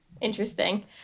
interesting